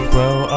Grow